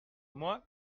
moi